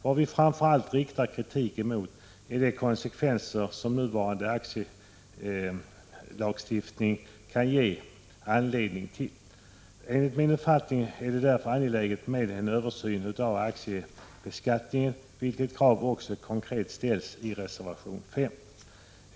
Vad vi framför allt riktar kritik emot är de konsekvenser som nuvarande aktielagstiftning kan medföra. Enligt min uppfattning är det därför angeläget med en översyn av aktievinstbeskattningen. Detta krav ställs också konkret i reservation 5.